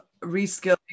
reskilling